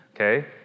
okay